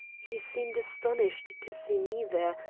he seemed astonished to see me there,